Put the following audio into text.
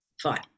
fine